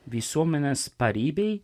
visuomenės paribiai